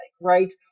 right